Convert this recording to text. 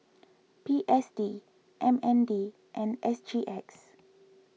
P S D M N D and S G X